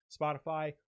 spotify